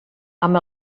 amb